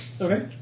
Okay